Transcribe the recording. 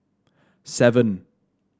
seven